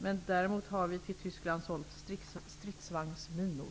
Men däremot har vi till Tyskland sålt stridsvagnsminor.